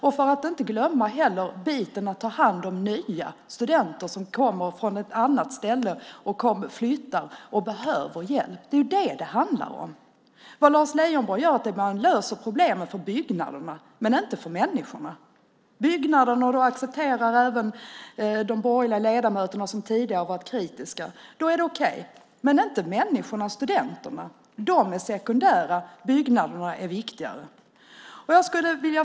Vi får heller inte glömma biten att ta hand om nya studenter som kommer från ett annat ställe och flyttar och behöver hjälp. Det är vad det handlar om. Vad Lars Leijonborg gör är att lösa problemet för byggnaderna men inte för människorna. För byggnaderna är det okej, och det accepterar även de borgerliga ledamöter som tidigare varit kritiska, men inte för människorna, studenterna. De är sekundära. Byggnaderna är viktigare.